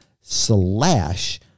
slash